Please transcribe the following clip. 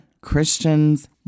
Christians